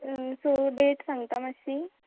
so that सांगता मातशी